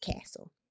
castle